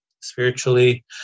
spiritually